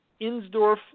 Insdorf